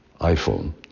iPhone